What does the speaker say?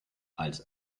als